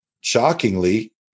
shockingly